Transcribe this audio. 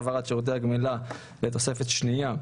העברת שירותי הגמילה לתוספת השנייה),